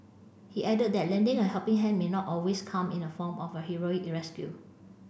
he added that lending a helping hand may not always come in the form of a heroic rescue